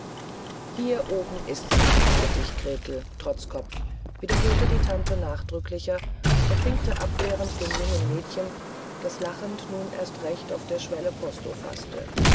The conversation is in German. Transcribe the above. hier oben ist's nichts für dich gretel trotzkopf wiederholte die tante nachdrücklicher und winkte abwehrend dem jungen mädchen das lachend nun erst recht auf der schwelle posto faßte